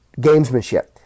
gamesmanship